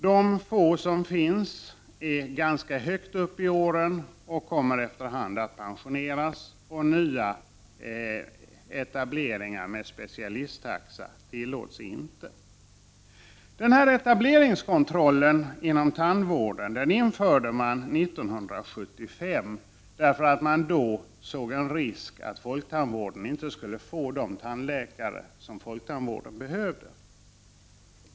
De få som finns har kommit ganska högt upp i åren och kommer efter hand att pensioneras. Nyetableringar av specialister med specialisttaxa tillåts inte. Den här etableringskontrollen inom tandvården infördes 1975, eftersom man då såg en risk att folktandvården inte skulle få de tandläkare den behövde.